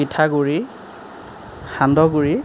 পিঠাগুৰি সান্দহ গুৰি